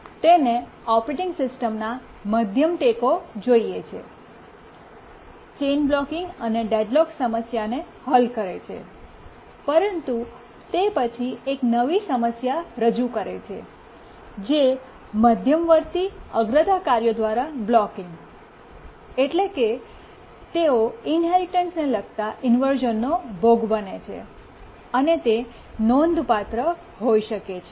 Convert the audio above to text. તેને ઓપરેટિંગ સિસ્ટમનો મધ્યમ ટેકો જોઈએ છે ચેઇન બ્લૉકિંગ અને ડેડલોક સમસ્યાને હલ કરે છે પરંતુ તે પછી એક નવી સમસ્યા રજૂ કરે છે જે મધ્યવર્તી અગ્રતા કાર્યો દ્વારા બ્લૉકિંગ એટલે કે તેઓ ઇન્હેરિટન્સને લગતા ઇન્વર્શ઼નનો ભોગ બને છે અને તે નોંધપાત્ર હોઈ શકે છે